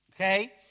okay